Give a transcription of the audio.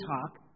talk